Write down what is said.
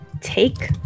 Take